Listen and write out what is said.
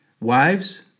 Wives